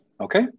okay